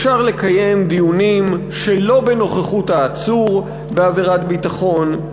אפשר לקיים דיונים שלא בנוכחות העצור בעבירת ביטחון.